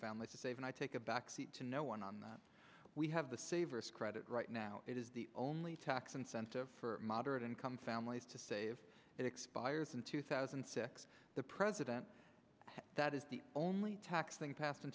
families to save and i take a back seat to no one on that we have the savers credit right now it is the only tax incentive for moderate income families to save it expires in two thousand and six the president that is the only tax thing passed in